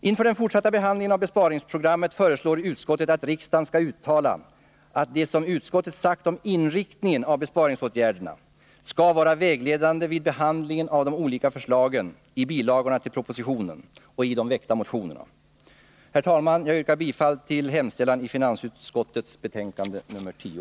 Inför den fortsatta behandlingen av besparingsprogrammet föreslår utskottet att riksdagen skall uttala att det som utskottet sagt om inriktningen av besparingsåtgärderna skall vara vägledande vid behandlingen av de olika förslagen i bilagorna till propositionen och i de väckta motionerna. Herr talman! Jag yrkar bifall till hemställan i finansutskottets betänkande nr 10.